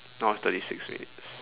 now is thirty six minutes